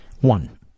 one